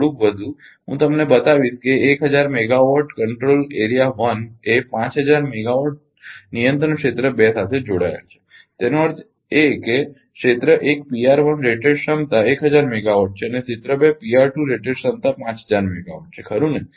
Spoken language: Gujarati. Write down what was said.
થોડુંક વધુ હું તમને બતાવીશ કે 1000 મેગાવાટ નિયંત્રણ ક્ષેત્ર 1 એ 5000 મેગાવાટ નિયંત્રણ ક્ષેત્ર બે સાથે જોડાયેલું છે એનો અર્થ એ કે ક્ષેત્ર 1 રેટેડ ક્ષમતા 1000 મેગાવાટ છે અને ક્ષેત્ર 2 રેટેડ ક્ષમતા 5000 મેગાવાટ છે ખરુ ને